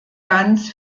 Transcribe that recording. ganz